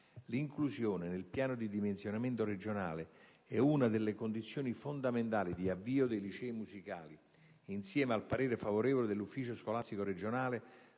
L'inclusione nel piano di dimensionamento regionale è una delle condizioni fondamentali di avvio dei licei musicali, insieme al parere favorevole dell'ufficio scolastico regionale,